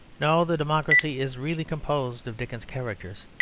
no the democracy is really composed of dickens characters,